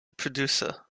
producer